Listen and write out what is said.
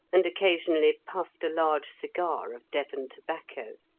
and occasionally puffed a large cigar of devon tobacco.